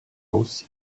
aussi